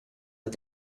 but